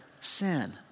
sin